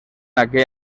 aquell